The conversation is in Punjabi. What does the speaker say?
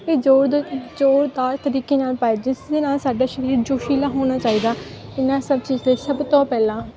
ਵੀ ਜ਼ੋਰ ਦਾ ਜ਼ੋਰਦਾਰ ਤਰੀਕੇ ਨਾਲ ਪਾਇਆ ਜਿਸ ਦੇ ਨਾਲ ਸਾਡਾ ਸਰੀਰ ਜੋਸ਼ੀਲਾ ਹੋਣਾ ਚਾਹੀਦਾ ਇਹਨਾਂ ਸਭ ਚੀਜ਼ 'ਤੇ ਸਭ ਤੋਂ ਪਹਿਲਾਂ